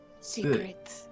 Secret